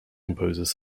composers